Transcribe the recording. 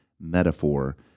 metaphor